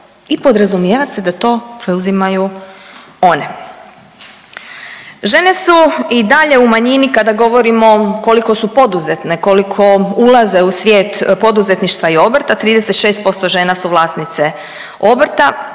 i podrazumijeva se da to preuzimaju one. Žene su i dalje u manjini kada govorimo koliko su poduzetne, koliko ulaze u svijet poduzetništva i obrta, 36% žena su vlasnice obrta,